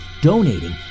donating